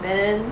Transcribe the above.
then